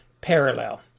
parallel